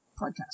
podcast